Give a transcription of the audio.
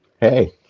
Hey